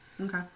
Okay